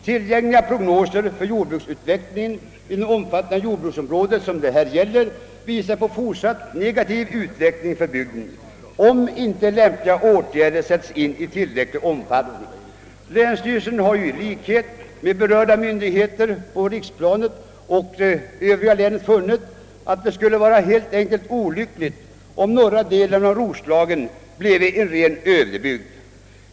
Tillgängliga prognoser för jordbruksutvecklingen inom det omfattande jordbruksområde det här gäller visar på fortsatt negativ utveckling för bygden, om inte lämpliga åtgärder sätts in i tillräcklig omfattning. Länsstyrelsen har i likhet med berörda myndigheter på riksplanet och i länet funnit, att det skulle vara synnerligen olyckligt, därest norra delen av Roslagen bleve en ren ödebygd.